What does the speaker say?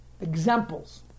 examples